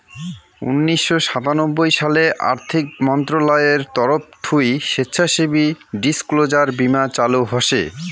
উনিশশো সাতানব্বই সালে আর্থিক মন্ত্রণালয়ের তরফ থুই স্বেচ্ছাসেবী ডিসক্লোজার বীমা চালু হসে